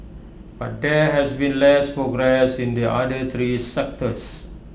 but there has been less progress in the other three sectors